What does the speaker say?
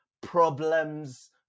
problems